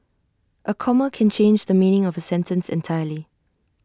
A comma can change the meaning of A sentence entirely